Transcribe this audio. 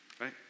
right